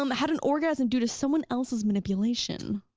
um had an orgasm due to someone else's manipulation?